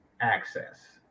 access